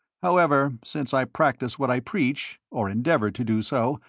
however, since i practise what i preach, or endeavour to do so,